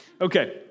Okay